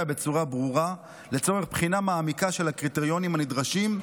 בצורה ברורה לצורך בחינה מעמיקה של הקריטריונים הנדרשים,